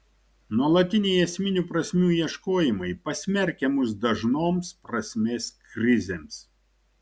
nuolatiniai esminių prasmių ieškojimai pasmerkia mus dažnoms prasmės krizėms